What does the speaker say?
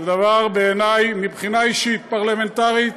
זה דבר, בעיני, מבחינה אישית, פרלמנטרית,